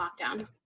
lockdown